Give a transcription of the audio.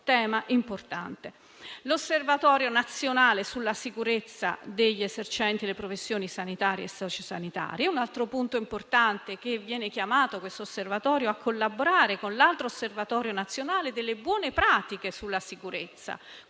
l'Osservatorio nazionale sulla sicurezza degli esercenti le professioni sanitarie e socio-sanitarie, che viene chiamato a collaborare con l'altro Osservatorio nazionale, quello per le buone pratiche sulla sicurezza